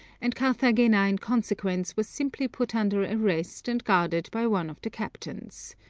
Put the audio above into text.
and carthagena in consequence was simply put under arrest, and guarded by one of the captains.